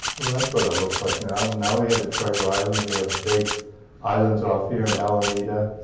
well, that's what it looks like now. now we have a treasure island. we have big islands off here in alameda.